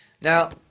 now